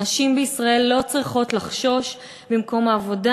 נשים בישראל לא צריכות לחשוש במקום העבודה,